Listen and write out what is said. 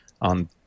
on